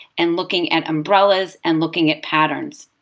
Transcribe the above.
and looking at umbrellas, and looking at patterns.